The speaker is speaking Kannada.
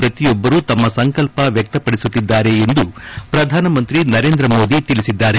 ಪ್ರತಿಯೊಬ್ಬರೂ ತಮ್ಮ ಸಂಕಲ್ಪ ವ್ಯಕ್ತಪಡಿಸುತ್ತಿದ್ದಾರೆ ಎಂದು ಪ್ರಧಾನಮಂತ್ರಿ ನರೇಂದ್ರ ಮೋದಿ ತಿಳಿಸಿದ್ದಾರೆ